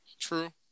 True